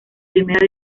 primera